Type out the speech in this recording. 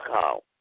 call